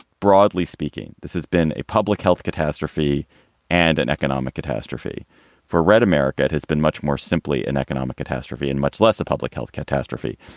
broadly speaking, this has been a public health catastrophe and an economic catastrophe for red america has been much more simply an economic catastrophe and much less a public health catastrophe.